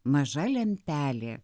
maža lempelė